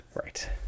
Right